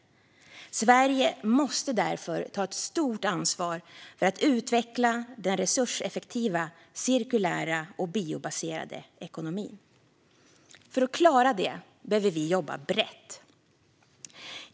Sverige måste därför ta ett stort ansvar för att utveckla den resurseffektiva, cirkulära och biobaserade ekonomin. För att klara det behöver vi jobba brett.